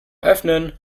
öffnen